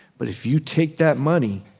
but if you take that money,